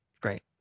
Great